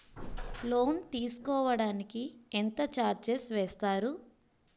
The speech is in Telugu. లోన్ తీసుకోడానికి ఎంత చార్జెస్ వేస్తారు?